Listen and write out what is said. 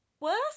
worse